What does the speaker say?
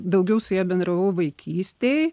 daugiau su ja bendravau vaikystėj